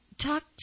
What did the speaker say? talk